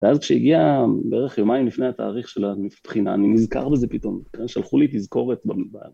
ואז כשהגיע בערך יומיים לפני התאריך שלה מבחינה, אני מזכר בזה פתאום, שלחו לי תזכורת ב...